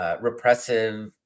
repressive